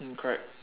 mm correct